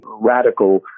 radical